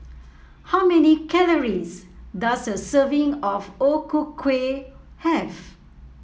how many calories does a serving of O Ku Kueh have